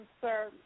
sir